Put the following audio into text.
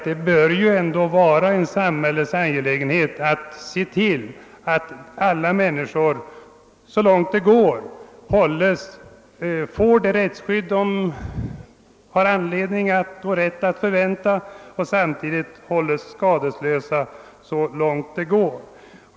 Det bör ändå vara en samhällets angelägenhet att se till att alla människor så långt möjligt får det rättsskydd vi har anledning och rätt att förvänta och samtidigt så långt möjligt hålles skadeslösa.